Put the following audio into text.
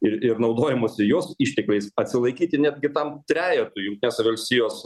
ir ir naudojimosi jos ištekliais atsilaikyti netgi tam trejetui jungtinės valstijos